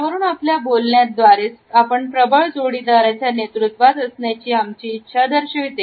यावरून आपल्या बोलण्यात द्वारे आपण प्रबळ जोडीदाराच्या नेतृत्त्वात असण्याची आमची इच्छा दर्शवते